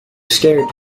scared